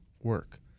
work